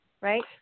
right